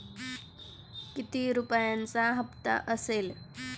किती रुपयांचा हप्ता असेल?